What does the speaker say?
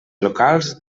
locals